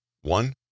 One